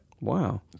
Wow